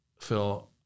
Phil